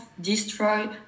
destroy